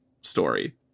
story